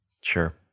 sure